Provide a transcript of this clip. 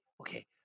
okay